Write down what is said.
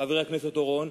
חבר הכנסת אורון,